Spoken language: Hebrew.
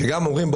גם אומרים,